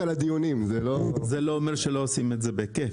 זה לא אומר שלא עושים את זה בכיף.